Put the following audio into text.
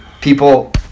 people